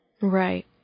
Right